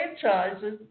franchises